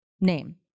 name